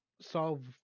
solve